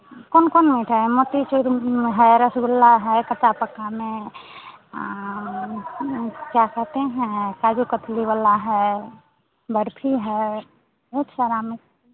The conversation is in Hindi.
कौन कौन मिठाई मोतीचूर में है रसगुल्ला है कच्चा पक्का में क्या कहते हैं काजू कतली वाला है बर्फी है बहुत सारा मिठ